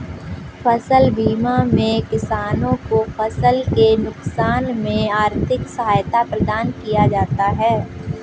फसल बीमा में किसानों को फसल के नुकसान में आर्थिक सहायता प्रदान किया जाता है